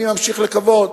אני ממשיך לקוות